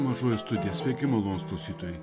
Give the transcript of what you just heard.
mažoji studija sveiki malonūs klausytojai